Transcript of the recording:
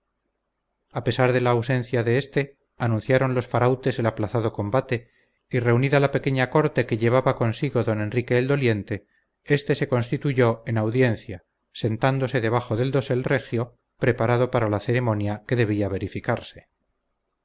a pesar de la ausencia de éste anunciaron los farautes el aplazado combate y reunida la pequeña corte que llevaba consigo don enrique el doliente éste se constituyó en audiencia sentándose debajo del dosel regio preparado para la ceremonia que debía verificarse